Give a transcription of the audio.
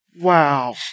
Wow